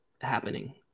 happening